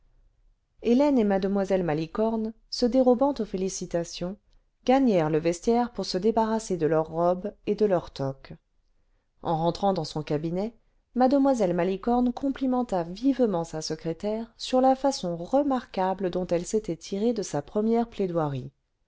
hélène et mue malicorne se dérobant aux félicitations gagnèrent le vestiaire pour se débarrasser de leurs robes et de leurs toques en rentrant dans son cabinet mlle malicorne complimenta vivement sa secrétaire sur la façon remarquable dont elle s'était tirée de sa première plaidoirie